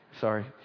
Sorry